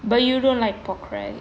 but you don't like pork right